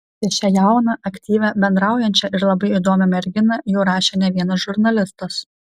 apie šią jauną aktyvią bendraujančią ir labai įdomią merginą jau rašė ne vienas žurnalistas